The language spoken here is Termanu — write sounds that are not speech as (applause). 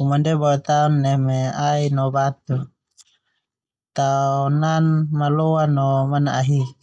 Uma ndia boe tao neme ai no batu. (noise) Tao nan maloa no manahik.